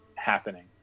happening